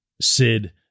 Sid